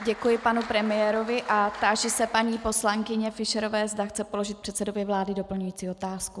Děkuji panu premiérovi a táži se paní poslankyně Fischerové, zda chce položit předsedovi vlády doplňující otázku.